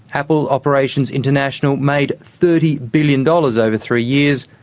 apple operations international made thirty billion dollars over three years,